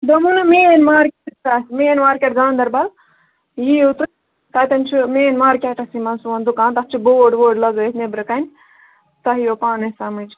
دوٚپمو نَہ main market چھُ أسۍ مین مارکیٚٹ گانٛدربل یِیُو تُہۍ تَتیٚن چھُ مین مارکیٚٹسٕے منٛز سوٗن دُکان تَتھ چھُ بوڑ ووڑ لَگٲیِتھ نیٚبرٕکٔنۍ تۄہہِ یِیُو پانَے سمجھ